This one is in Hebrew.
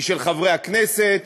היא של חברי הכנסת,